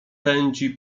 pędzi